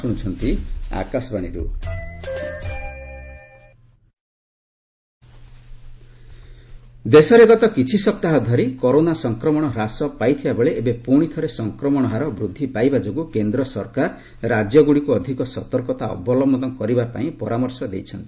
Covid alert ଦେଶରେ ଗତ କିଛି ସପ୍ତାହ ଧରି କରୋନା ସଂକ୍ରମଣ ହ୍ରାସ ପାଇଥିବାବେଳେ ଏବେ ପୁଣିଥରେ ସଂକ୍ରମଣ ହାର ବୃଦ୍ଧି ପାଇବା ଯୋଗୁଁ କେନ୍ଦ୍ର ସରକାର ରାଜ୍ୟଗୁଡ଼ିକୁ ଅଧିକ ସତର୍କତା ଅବଲମ୍ବନ କରିବା ପାଇଁ ପରାମର୍ଶ ଦେଇଛନ୍ତି